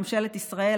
ממשלת ישראל,